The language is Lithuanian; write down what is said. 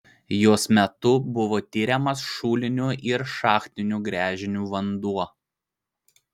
jos metu buvo tiriamas šulinių ir šachtinių gręžinių vanduo